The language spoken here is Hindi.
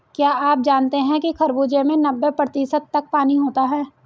क्या आप जानते हैं कि खरबूजे में नब्बे प्रतिशत तक पानी होता है